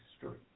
history